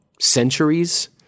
centuries